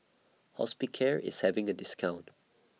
Hospicare IS having A discount